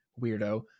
weirdo